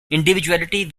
individuality